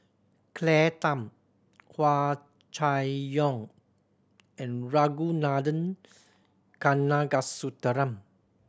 Claire Tham Hua Chai Yong and Ragunathar Kanagasuntheram